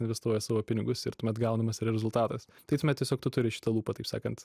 investuoja savo pinigus ir tuomet gaunamas yra rezultatas tai tuomet tiesiog tu turi šitą lūpą taip sakant